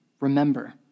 Remember